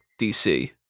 DC